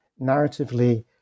narratively